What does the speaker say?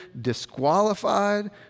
disqualified